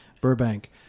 Burbank